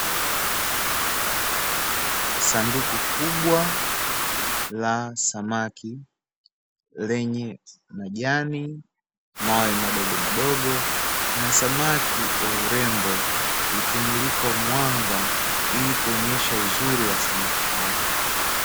Sanduku kubwa la samaki lenye majani, mawe madogomadogo na samaki wa urembo likimulikwa mwanga, ili kuonesha uzuri wa samaki hao.